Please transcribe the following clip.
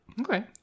okay